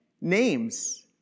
names